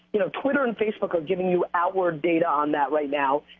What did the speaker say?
you know, twitter and facebook are giving you outward data on that right now,